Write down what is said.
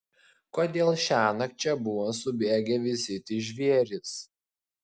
kodėl šiąnakt čia buvo subėgę visi tie žvėrys